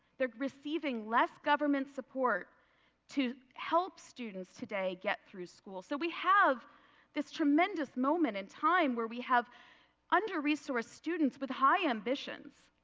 they are receiving less government support to help students today get through school. so we have this tremendous moment in time where we have underresourced students with high ambitions.